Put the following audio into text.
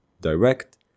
direct